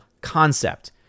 concept